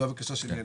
זה הבקשה שלי אליך.